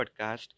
Podcast